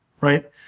right